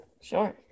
Sure